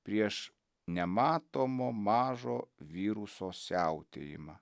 prieš nematomo mažo viruso siautėjimą